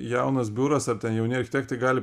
jaunas biuras ar ten jauni architektai gali